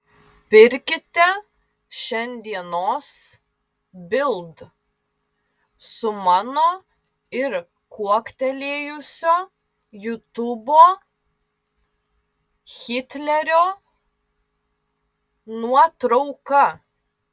pirkite šiandienos bild su mano ir kuoktelėjusio jutubo hitlerio nuotrauka